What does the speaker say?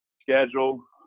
schedule